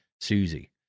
Susie